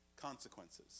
consequences